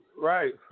right